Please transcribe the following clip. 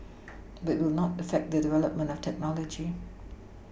but it will not affect the development of technology